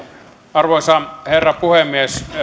arvoisa herra puhemies